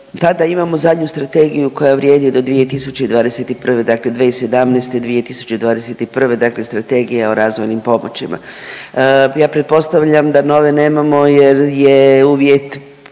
tada imamo zadnju strategiju koja vrijedi do 2021., dakle 2017.-2021. dakle strategija o razvojnim pomoćima. Ja pretpostavljam da nove nemamo jer je uvjet